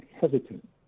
hesitant